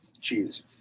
cheese